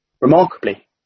remarkably